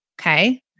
Okay